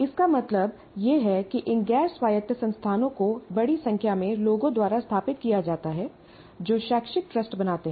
इसका मतलब यह है कि इन गैर स्वायत्त संस्थानों को बड़ी संख्या में लोगों द्वारा स्थापित किया जाता है जो शैक्षिक ट्रस्ट बनाते हैं